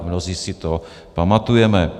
Mnozí si to pamatujeme.